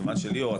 כיוון שליאור,